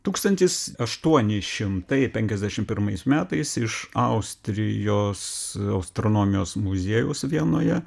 tūkstantis aštuoni šimtai penkiasdešimt pirmais metais iš austrijos austronomijos muziejaus vienoje